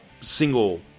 single